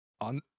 on